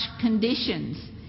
conditions